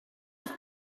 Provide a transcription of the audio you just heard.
has